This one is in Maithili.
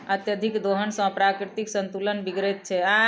अत्यधिक दोहन सॅ प्राकृतिक संतुलन बिगड़ैत छै